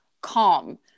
calm